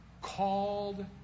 called